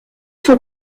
son